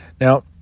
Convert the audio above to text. Now